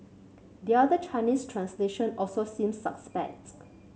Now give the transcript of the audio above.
the other Chinese translation also seems suspect